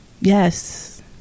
Yes